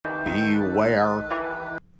Beware